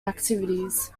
activities